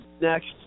next